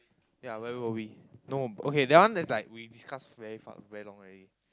ya where were we no okay that one is like we discuss very far very long already